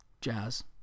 jazz